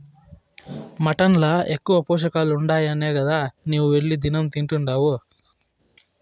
mutton ల ఎక్కువ పోషకాలుండాయనే గదా నీవు వెళ్లి దినం తింటున్డావు